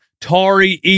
Tari